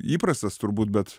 įprastas turbūt bet